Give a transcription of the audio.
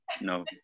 No